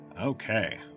Okay